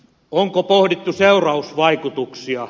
onko pohdittu seurausvaikutuksia